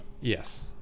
Yes